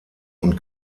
und